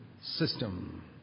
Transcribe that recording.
system